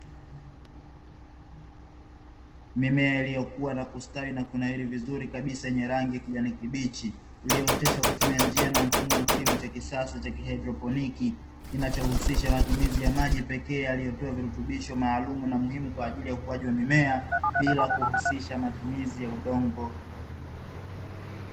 Mimea iliyokuwa na kustawi na kunawiri vizuri kabisa yenye rangi ya kijani kibichi, iliyooteshwa kutumia njia na mfumo wa kilimo cha kisasa cha kihaidroponi, kinachohusisha matumizi ya maji pekee yaliyotiwa virutubisho maalumu na muhimu kwaajili ya ukuaji wa mimea bila kuhusisha matumizi ya udongo.